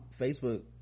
facebook